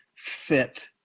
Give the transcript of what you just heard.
fit